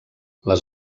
les